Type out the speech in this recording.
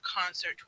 concert